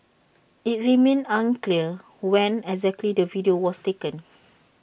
IT remains unclear when exactly the video was taken